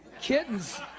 Kittens